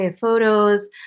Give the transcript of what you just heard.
photos